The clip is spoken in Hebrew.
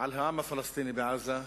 על העם הפלסטיני בעזה,